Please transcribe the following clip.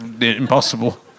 impossible